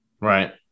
Right